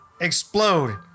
explode